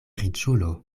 riĉulo